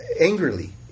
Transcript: angrily